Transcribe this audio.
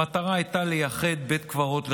המטרה הייתה לייחד בית קברות לחיילים,